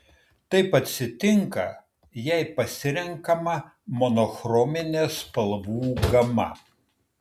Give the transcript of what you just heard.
taip atsitinka jei pasirenkama monochrominė spalvų gama